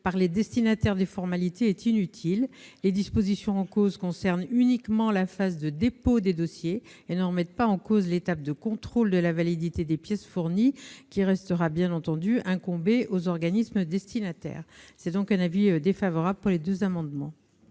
par les destinataires des formalités est inutile : les dispositions en cause concernent uniquement la phase de dépôt des dossiers, et ne remettent pas en cause l'étape de contrôle de la validité des pièces fournies, qui bien sûr continuera à incomber aux organismes destinataires. L'avis est donc défavorable sur les deux amendements.